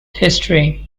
history